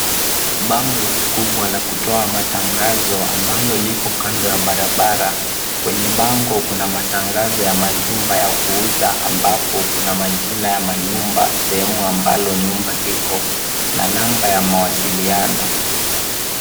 Bango hili kubwa la kutoa matangazo ambalo liko kando ya barabara . Kwenye bango kuna matangazo ya majumba ya kuuza ambapo kuna majina ya manyumba, sehemu ambalo nyumba liko na namba ya mawasiliano.